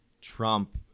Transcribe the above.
Trump